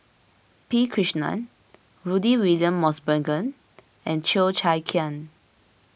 P Krishnan Rudy William Mosbergen and Cheo Chai Hiang